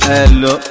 Hello